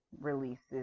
releases